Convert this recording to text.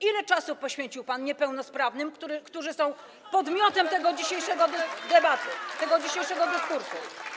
Ile czasu poświęcił pan niepełnosprawnym, którzy są podmiotem tej dzisiejszej debaty, tego dzisiejszego dyskursu?